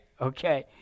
Okay